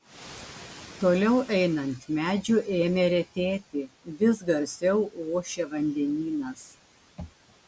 toliau einant medžių ėmė retėti vis garsiau ošė vandenynas